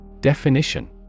Definition